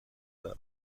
برم